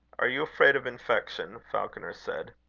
are you afraid of infection? falconer said.